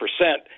percent